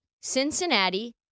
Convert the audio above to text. Cincinnati